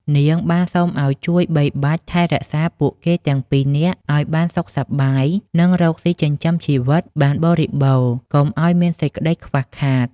នាងបានសូមឲ្យជួយបីបាច់ថែរក្សាពួកគេទាំងពីរនាក់ឲ្យបានសុខសប្បាយ និងរកស៊ីចិញ្ចឹមជីវិតបានបរិបូណ៌ កុំឲ្យមានសេចក្ដីខ្វះខាត។